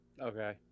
Okay